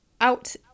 out